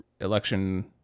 election